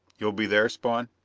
you'll be there, spawn?